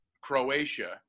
Croatia